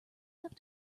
have